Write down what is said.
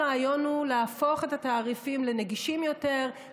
הרעיון הוא להפוך את התעריפים לנגישים יותר,